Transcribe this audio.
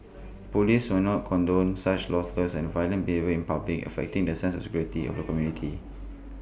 Police will not condone such lawless and violent behaviour in public affecting the sense of security of the community